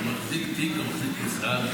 הוא מחזיק תיק, הוא מחזיק משרד,